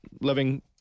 living